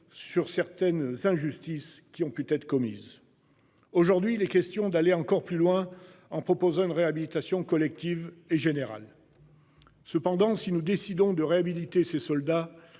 sur certaines injustices qui ont pu être commises. Aujourd'hui il est question d'aller encore plus loin en proposant une réhabilitation collective et générale. Cependant si nous décidons de réhabiliter ces soldats